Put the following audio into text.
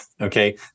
Okay